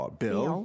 bill